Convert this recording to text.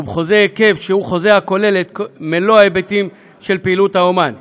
ובחוזה היקף שהוא חוזה הכולל את מלוא ההיבטים של פעילות האמן,